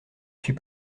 suis